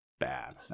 bad